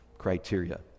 criteria